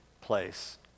place